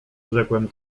rzekłem